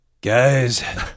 Guys